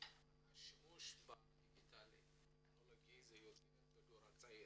השימוש בפלטפורמה דיגיטלית זה יותר לדור הצעיר.